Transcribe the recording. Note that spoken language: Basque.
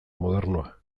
modernoa